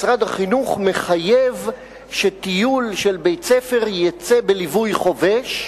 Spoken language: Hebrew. משרד החינוך מחייב שטיול של בית-ספר יצא בליווי חובש,